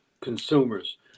consumers